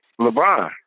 LeBron